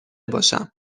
باشم